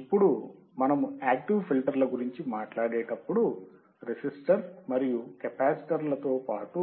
ఇప్పుడు మనము యాక్టివ్ ఫిల్టర్ల గురించి మాట్లాడేటప్పుడు రెసిస్టర్ మరియు కెపాసిటర్లతో పాటు